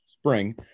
spring